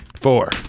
four